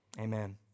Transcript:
amen